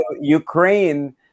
Ukraine